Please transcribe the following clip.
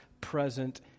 present